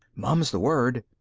mum's the word,